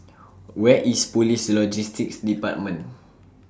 Where IS Police Logistics department